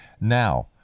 Now